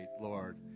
Lord